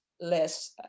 less